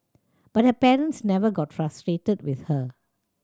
but her parents never got frustrated with her